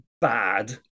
bad